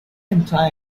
imply